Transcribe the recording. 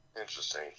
Interesting